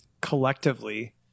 collectively